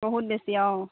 বহুত বেছি অ